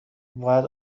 باید